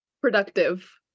productive